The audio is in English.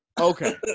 Okay